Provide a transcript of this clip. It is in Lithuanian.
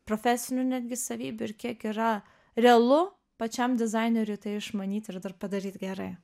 profesinių netgi savybių ir kiek yra realu pačiam dizaineriui tai išmanyti ir dar padaryt gerai